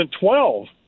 2012